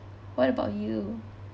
what about you